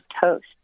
toast